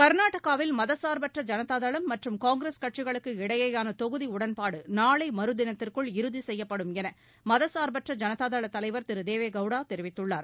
கர்நாடகாவில் மதச்சார்பற்ற ஜனதாதளம் மற்றும் காங்கிரஸ் கட்சிகளுக்கு இடையேயான தொகுதி உடன்பாடு நாளை மறுதினத்திற்குள் இறுதி செய்யப்படும் என மதச்சார்பற்ற ஜனதாதள தலைவர் திரு தேவேகவுடா தெரிவித்துள்ளார்